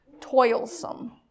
toilsome